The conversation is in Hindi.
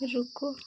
रुको